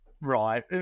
Right